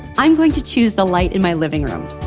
i'm going to choose the light in my living room.